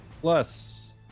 plus